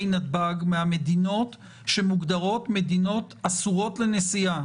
נתב"ג מהמדינות שמוגדרות מדינות אסורות לנסיעה